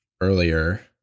earlier